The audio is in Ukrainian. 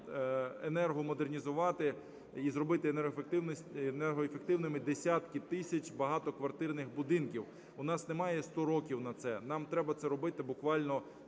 енергомодернізувати і зробити енергоефективними десятки тисяч багатоквартирних будинків. У нас немає ста років на це, нам треба це робити буквально